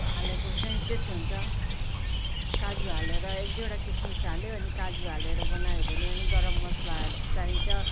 हालेको सेन्टेड हुन्छ काजु हालेर एकदुईवटा किस्मिस हाल्यो अनि काजु हालेर बनायो भने अनि गरम मस्लाहरू चाइन्छ